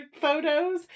photos